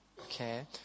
okay